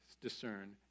discern